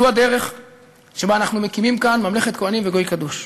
זו הדרך שבה אנחנו מקימים כאן ממלכת כוהנים וגוי קדוש,